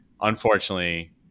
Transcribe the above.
Unfortunately